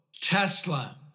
Tesla